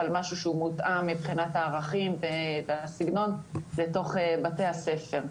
משהו שהוא מותאם מבחינת הערכים והסגנון לתוך בתי הספר,